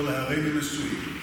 ואומר: הרינו נשואים.